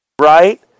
Right